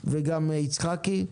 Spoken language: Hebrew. וגם עמיר יצחקי.